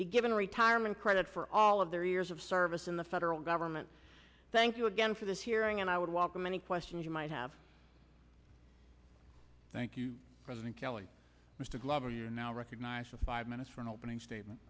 be given retirement credit for all of their years of service in the federal government thank you again for this hearing and i would welcome any questions you might have thank you president kelly mr glover you now recognize the five minutes for an opening statement